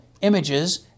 images